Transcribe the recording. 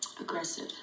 aggressive